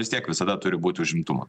vis tiek visada turi būt užimtumo